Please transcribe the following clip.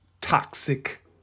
toxic